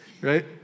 right